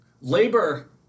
labor